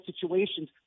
situations